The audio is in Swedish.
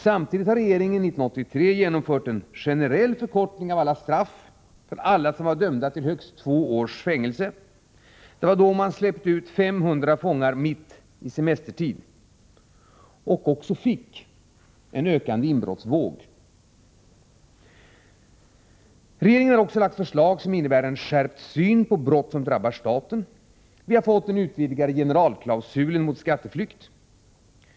Samtidigt har regeringen 1983 genomfört en generell förkortning av straffen, för alla som är dömda till högst två års fängelse. Det var då man släppte ut 500 fångar mitt i semestertid. Man fick då en ökande inbrottsvåg. Regeringen har också lagt fram förslag som innebär en skärpt syn på brott som drabbar staten. Vi har fått den utvidgade generalklausulen mot skatteflykt.